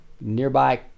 nearby